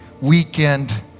weekend